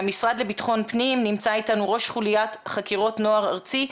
מהמשרד לביטחון פנים נמצא איתנו ראש חוליית חקירות נוער ארצי.